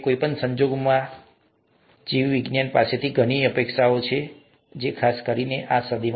કોઈ પણ સંજોગોમાં ત્યાં ઘણું વચન છે જીવવિજ્ઞાન પાસેથી ઘણી અપેક્ષાઓ છે ખાસ કરીને આ સદીમાં